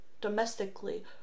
domestically